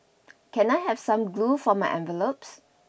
can I have some glue for my envelopes